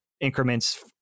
increments